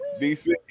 DC